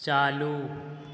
चालू